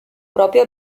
proprio